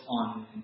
on